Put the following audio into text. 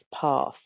path